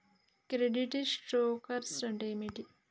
Credit score అంటే ఏమిటి?